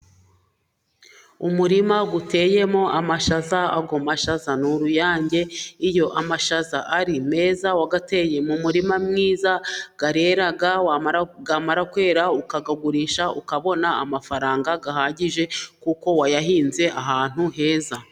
Umurima uteyemo amashaza, ayo mashaza ni uruyange iyo amashaza ari meza uwayateye mu murima mwiza ,arera, yamara kwera ukayagurisha ,ukabona amafaranga ahagije ,kuko wayahinze ahantu heza.